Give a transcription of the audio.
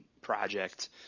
project